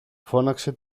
φώναξε